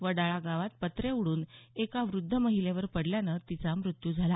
वडाळा गावात पत्रे उडून एका वृद्ध महिलेवर पडल्यानं तिचा मृत्यू झाला